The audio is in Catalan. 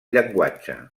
llenguatge